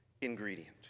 ingredient